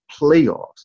playoffs